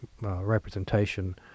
representation